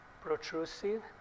protrusive